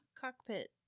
cockpit